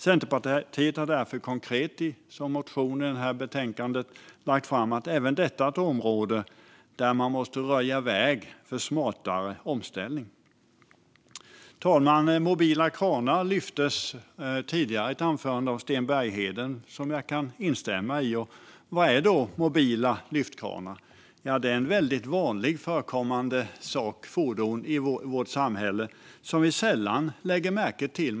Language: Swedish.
Centerpartiet har därför konkret i en motion i betänkandet lagt fram att även detta är ett område där man måste röja väg för en smartare omställning. Fru talman! Mobila kranar lyftes fram tidigare i ett anförande av Sten Bergheden, som jag kan instämma i. Vad är då mobila lyftkranar? Det är ett vanligt förekommande fordon i vårt samhälle som vi sällan lägger märke till.